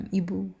ibu